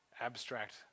abstract